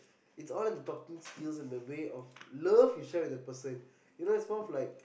it's all in the talking skills in the way of love you share with the person